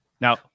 Now